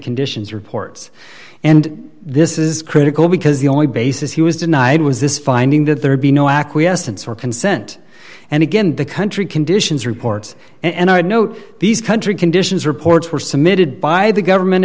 conditions reports and this is critical because the only basis he was denied was this finding that there would be no acquiescence or consent and again the country conditions reports and i would note these country conditions reports were submitted by the government